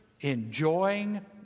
enjoying